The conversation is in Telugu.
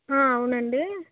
అవునండి